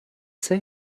they